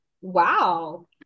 Wow